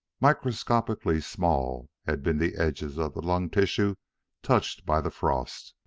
microscopically small had been the edges of the lung-tissue touched by the frost,